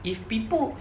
if people